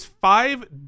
five